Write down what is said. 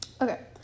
Okay